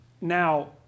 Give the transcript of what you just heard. Now